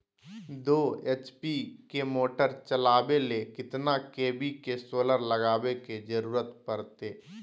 दो एच.पी के मोटर चलावे ले कितना के.वी के सोलर लगावे के जरूरत पड़ते?